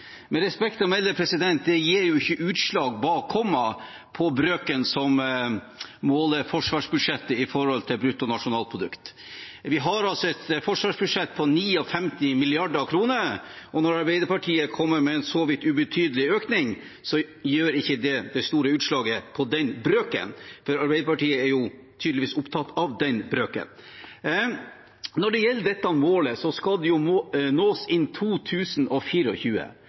Med respekt å melde: Det gir jo ikke utslag bak kommaet på brøken som måler forsvarsbudsjettet i forhold til brutto nasjonalprodukt. Vi har et forsvarsbudsjett på 59 mrd. kr, og når Arbeiderpartiet kommer med en så ubetydelig økning, gjør ikke den det store utslaget på den brøken, som Arbeiderpartiet tydeligvis er opptatt av. Dette målet skal nås innen 2024. Wales-vedtaket sier at man skal bevege seg i retning mot det, og